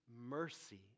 mercy